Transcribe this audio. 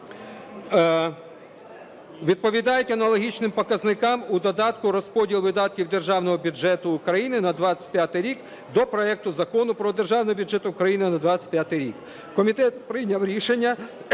відповідають аналогічним показникам у додатку: розподіл видатків Державного бюджету України на 2025 рік до проекту Закону про Державний бюджет України на 2025 рік. Комітет прийняв рішення